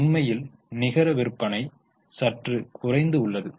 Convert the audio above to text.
உண்மையில் நிகர விற்பனை சற்று குறைந்து உள்ளது